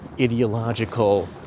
ideological